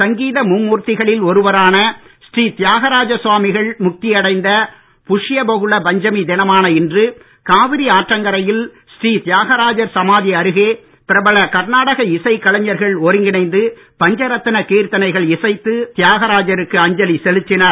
சங்கீத மும்மூர்த்திகளில் ஒருவரான ஸ்ரீ தியாகராஜ சுவாமிகள் முக்தியடைந்த புஷ்ய பகுள பஞ்சமி தினமான இன்று காவிரி ஆற்றங்கரையில் ஸ்ரீ தியாகராஜர் சமாதி அருகே பிரபல கர்நாடக இசைக் கலைஞர்கள் ஒருங்கிணைந்து பஞ்ச ரத்ன கீர்த்தனைகள் இசைத்து தியாகராஜருக்கு அஞ்சலி செலுத்தினர்